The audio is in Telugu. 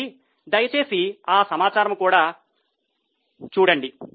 కాబట్టి దయచేసి ఆ సమాచారం ద్వారా కూడా వెళ్ళండి